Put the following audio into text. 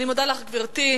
אני מודה לך, גברתי.